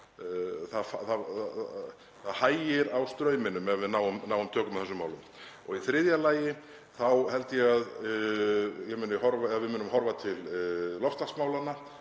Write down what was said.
það hægir á straumnum ef við náum tökum á þessum málum. Og í þriðja lagi þá held ég að við munum horfa til loftslagsmálanna